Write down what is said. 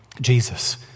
Jesus